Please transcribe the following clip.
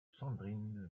sandrine